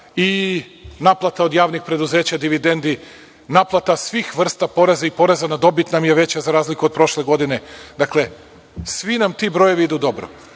i naplata od javnih preduzeća, dividendi, naplata svih vrsta poreza i poreza na dobit nam je veća za razliku od prošle godine. Dakle, svi ti brojevi nam idu dobro.